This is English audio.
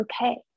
okay